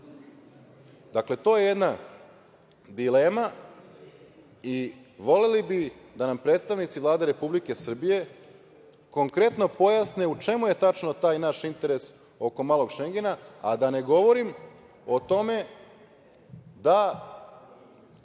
to je jedna dilema i voleli bismo da nam predstavnici Vlade Republike Srbije konkretno pojasne u čemu je tačno taj naš interes oko „malog Šengena“, a da ne govorim o tome da